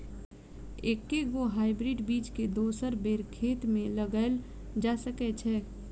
एके गो हाइब्रिड बीज केँ दोसर बेर खेत मे लगैल जा सकय छै?